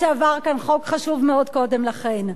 אף-על-פי שעבר כאן חוק חשוב מאוד קודם לכן.